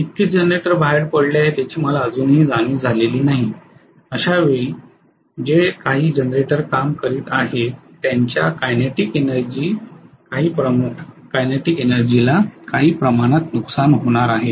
इतके जनरेटर बाहेर पडले आहेत याची मला अजूनही जाणीव झालेली नाही अशावेळी जे काही जनरेटर काम करीत आहेत त्यांच्या कायनेटिक एनर्जी काही प्रमाणात नुकसान होणार आहे